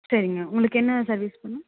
சரிங்க உங்களுக்கு என்ன சர்வீஸ் பண்ணனும்